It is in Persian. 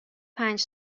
پنج